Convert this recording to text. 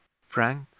Frank